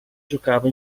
giocava